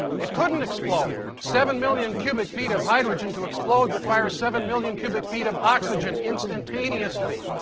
it couldn't explode. seven million cubic feet of hydrogen to explode requires seven million cubic feet of oxygen instantaneously.